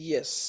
Yes